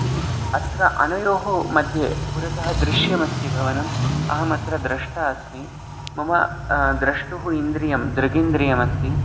इति अत्र अनयोः मध्ये पुरतः दृश्यमस्ति भवनम् अहम् अत्र द्रष्टा अस्मि मम द्रष्टुः इन्द्रियं दृगिन्द्रियमस्ति